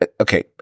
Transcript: okay